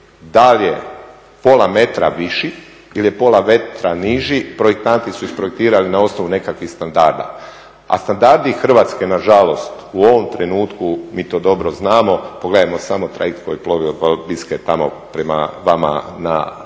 Da li je pola metra viši ili je pola metra niži projektanti su isprojektirali na osnovu nekakvih standarda. A standardi Hrvatske nažalost u ovom trenutku mi to dobro znamo, pogledajmo samo trajekt koji plovi od Valbiske tamo prema vama na Loparu